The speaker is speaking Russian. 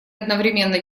одновременно